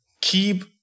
keep